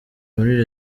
muri